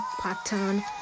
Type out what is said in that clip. pattern